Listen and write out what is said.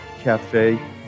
Cafe